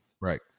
Right